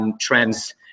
trends